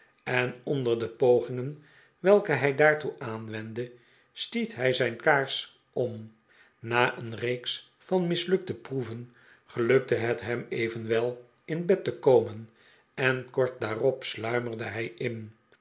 en onder de pogingen welke hij daartoe aanwendde stiet hij zijn kaars om na een reeks van mislukte proeven gelukte het hem evenwel in bed te komen en kort daarop sluimerde hij in